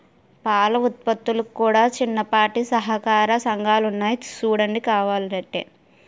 పాల ఉత్పత్తులకు కూడా చిన్నపాటి సహకార సంఘాలున్నాయి సూడండి కావలంటే